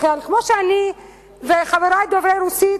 כמו שאני וחברי דוברי הרוסית